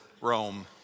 Rome